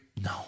No